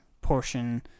portion